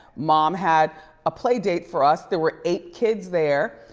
mom had a playdate for us, there were eight kids there,